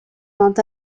peint